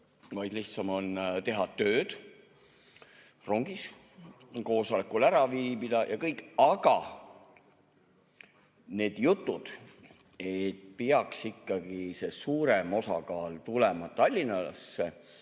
lihtsam on teha tööd rongis, koosolekul ära olla, ja kõik. Aga need jutud, et peaks ikkagi suurem osakaal olema Tallinnas,